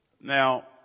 Now